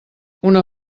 una